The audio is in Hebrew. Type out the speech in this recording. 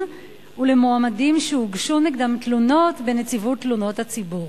ולמועמדים שהוגשו נגדם תלונות בנציבות תלונות הציבור?